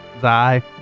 Zai